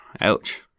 ouch